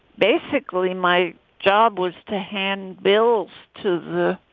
basically, my job was to hand bills to the.